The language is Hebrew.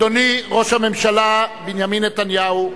אדוני ראש הממשלה בנימין נתניהו,